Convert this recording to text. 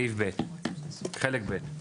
חלק ב'.